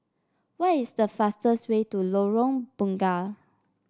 where is the fastest way to Lorong Bunga